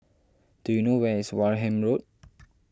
do you know where is Wareham Road